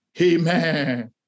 Amen